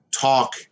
talk